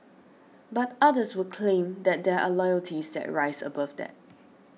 but others would claim that there are loyalties that rise above that